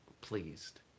pleased